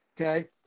okay